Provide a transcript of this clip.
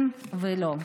כן ולא,